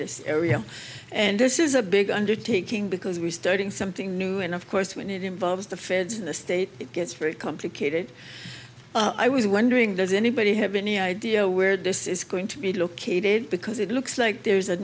this area and this is a big undertaking because we're starting something new and of course when it involves the feds the state gets very complicated i was wondering does anybody have any idea where this is going to be located because it looks like there's a